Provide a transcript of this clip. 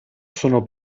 sono